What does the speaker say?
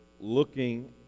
looking